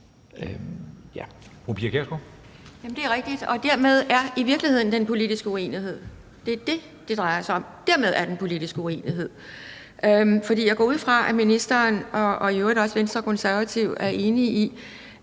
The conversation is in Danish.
Det er rigtigt, og deri er i virkeligheden den politiske uenighed. Det er det, det drejer sig om. Deri er den politiske uenighed, for jeg går ud fra, at ministeren og i øvrigt også Venstre og Konservative er enige i,